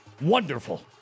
wonderful